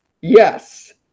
Yes